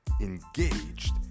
engaged